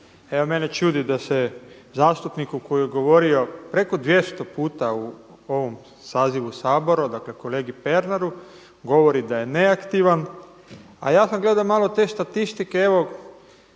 Evo mene čudi da se zastupniku koji je govorio preko 200 puta u ovom sazivu Sabora, dakle kolegi Pernaru govori da je neaktivan. A ja sada gledam malo te statistike, evo